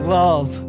love